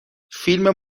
فیلم